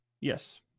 Yes